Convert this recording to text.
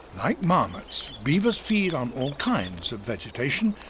like marmots, beavers feed on all kinds of vegetation,